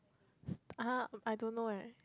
ah I don't know eh